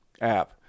app